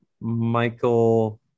Michael